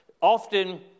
Often